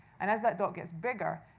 and as that dot gets bigger,